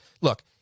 look